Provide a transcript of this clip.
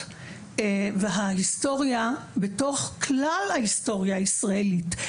וההיסטוריה בתוך כלל ההיסטוריה הישראלית?